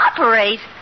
Operate